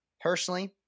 Personally